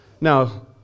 Now